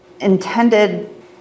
intended